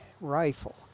rifle